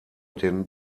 den